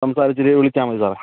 സംസാരിച്ചിട്ട് വിളിച്ചാൽ മതി സാറേ